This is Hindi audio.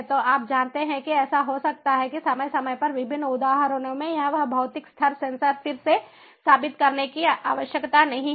तो आप जानते हैं ऐसा हो सकता है कि समय समय पर विभिन्न उदाहरणों में यह वह भौतिक स्तर सेंसर फिर से साबित करने की आवश्यकता नहीं है